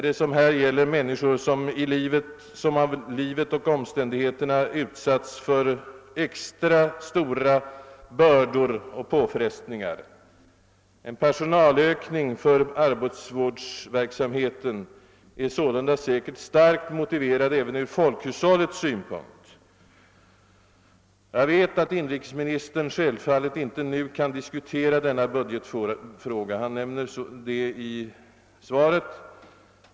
Det gäller ju här människor som av livet och omständigheterna utsatts för extra stora bördor och påfrestningar! En personalökning för arbetsvårdsverksamheten är sålunda säkerligen starkt motiverad även ur folkhushållets synpunkt. Jag vet att inrikesministern inte nu kan diskutera denna budgetfråga — han nämnde också detta i svaret.